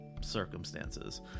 circumstances